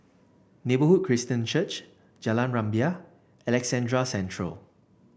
Neighbourhood Christian Church Jalan Rumbia Alexandra Central